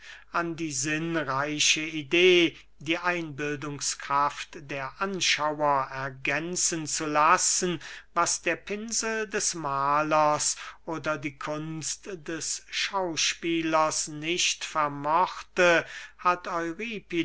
an die sinnreiche idee die einbildungskraft der anschauer ergänzen zu lassen was der pinsel des mahlers oder die kunst des schauspielers nicht vermochte hat